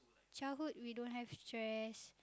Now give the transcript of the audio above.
childhood we don't have stress